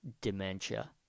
dementia